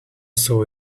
saw